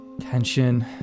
tension